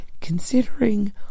considering